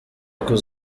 kuri